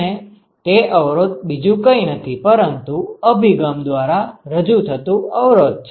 અને તે અવરોધ બીજું કઈ નથી પરંતુ અભિગમ દ્વારા રજુ થતું અવરોધ છે